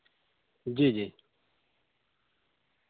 جی جی